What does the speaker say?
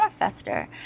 manifester